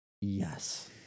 yes